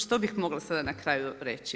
Što bih mogla sada na kraju reći?